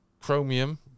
Chromium